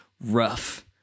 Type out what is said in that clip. rough